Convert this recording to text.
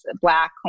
Black